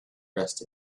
dressed